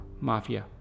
Mafia